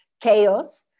chaos